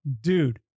dude